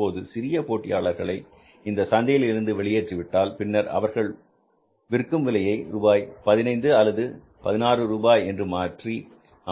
இப்போது சிறிய போட்டியாளர்களை இந்த சந்தையில் இருந்து வெளியேற்றிவிட்டால் பின்னர் அவர்களது விற்கும் விலையை ரூபாய் பதினைந்து அல்லது ரூபாய் 16 என்று மாற்றி